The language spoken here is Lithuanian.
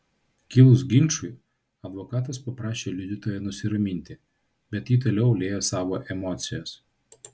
kilus ginčui advokatas paprašė liudytoją nusiraminti bet ji toliau liejo savo emocijas